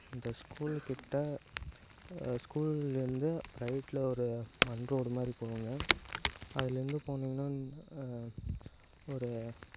அந்த ஸ்கூல் கிட்ட ஸ்கூல்லேருந்து ரைட்டில் ஒரு மண் ரோடு மாதிரி போகுங்க அதுலேருந்து போனீங்கன்னால் ஒரு